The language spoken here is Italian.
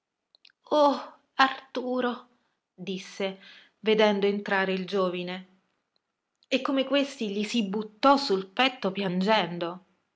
arturo disse vedendo entrare il giovine e come questi gli si buttò sul petto piangendo